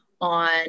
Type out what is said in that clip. on